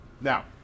Now